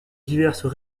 diverses